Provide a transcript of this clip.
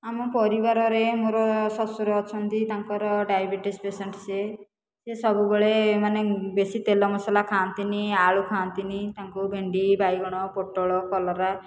ଆମ ପରିବାରରେ ମୋର ଶଶୁର ଅଛନ୍ତି ତାଙ୍କର ଡାଇବେଟିସ ପେସେଣ୍ଟ ସେ ସେ ସବୁବେଳେ ମାନେ ବେଶୀ ତେଲ ମସଲା ଖାଆନ୍ତିନି ଆଳୁ ଖାଆନ୍ତିନି ତାଙ୍କୁ ଭେଣ୍ଡି ବାଇଗଣ ପୋଟଳ କଲରା